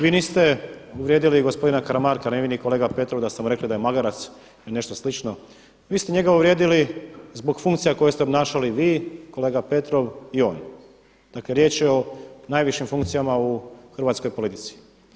Vi niste uvrijedili gospodina Karamarka, ni vi ni kolega Petrov da ste mu rekli da je magarac ili nešto slično, vi ste njega uvrijedili zbog funkcija koje ste obnašali vi, kolega Petrov i on, dakle riječ je o najvišim funkcijama u hrvatskoj politici.